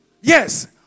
yes